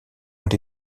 ont